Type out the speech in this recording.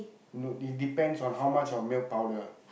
no it depends on how much milk powder